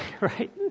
right